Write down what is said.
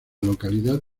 localidad